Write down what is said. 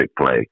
play